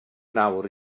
nawr